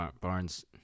Barnes